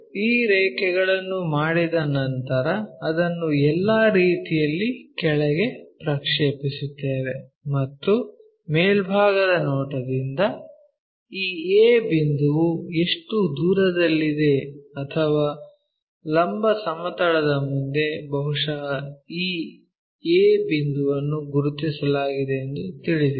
ಈ ರೇಖೆಗಳನ್ನು ಮಾಡಿದ ನಂತರ ಅದನ್ನು ಎಲ್ಲಾ ರೀತಿಯಲ್ಲಿ ಕೆಳಗೆ ಪ್ರಕ್ಷೇಪಿಸುತ್ತೇವೆ ಮತ್ತು ಮೇಲ್ಭಾಗದ ನೋಟದಿಂದ ಈ A ಬಿಂದುವು ಎಷ್ಟು ದೂರದಲ್ಲಿದೆ ಅಥವಾ ಲಂಬ ಸಮತಲದ ಮುಂದೆ ಬಹುಶಃ ಈ a ಬಿಂದುವನ್ನು ಗುರುತಿಸಲಾಗಿದೆ ಎಂದು ತಿಳಿದಿದೆ